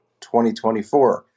2024